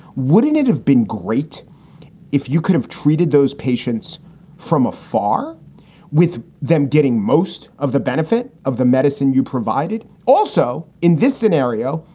wouldn't it have been great if you could have treated those patients from afar with them getting most of the benefit of the medicine you provided? also, in this scenario,